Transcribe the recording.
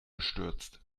gestürzt